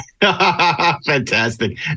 Fantastic